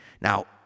now